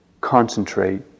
concentrate